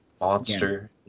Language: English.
monster